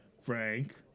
Frank